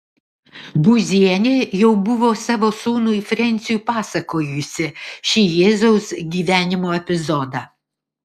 būzienė jau buvo savo sūnui frensiui pasakojusi šį jėzaus gyvenimo epizodą